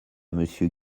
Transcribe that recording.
monsieur